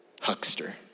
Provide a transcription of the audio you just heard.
Huckster